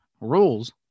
rules